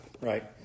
right